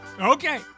Okay